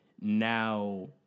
now